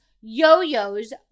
yo-yos